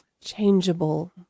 changeable